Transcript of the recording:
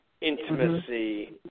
intimacy